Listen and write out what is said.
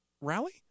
rally